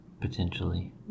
Potentially